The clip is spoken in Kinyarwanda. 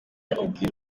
akubwira